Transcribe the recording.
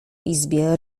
izbie